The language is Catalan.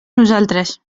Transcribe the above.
nosaltres